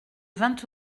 vingt